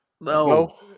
No